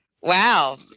wow